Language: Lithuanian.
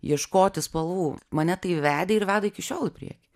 ieškoti spalvų mane tai vedė ir veda iki šiol į priekį